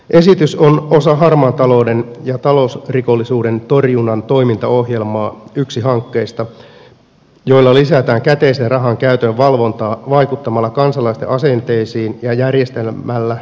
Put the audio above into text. esitys on osa harmaan talouden ja talousrikollisuuden torjunnan toimintaohjelmaa ja yksi hankkeista joilla lisätään käteisen rahan käytön valvontaa vaikuttamalla kansalaisten asenteisiin ja järjestämällä viranomaisvalvonta